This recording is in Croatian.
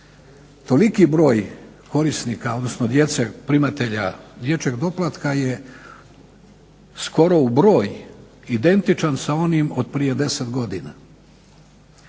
djece primatelja dječjeg doplatka je skoro u broj identičan sa onim od prije 10 godina.